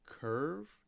curve